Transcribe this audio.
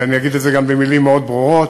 ואני אגיד את זה גם במילים מאוד ברורות,